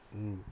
mm